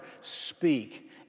speak